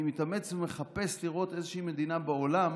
אני מתאמץ ומחפש לראות איזושהי מדינה בעולם